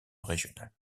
régional